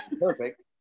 perfect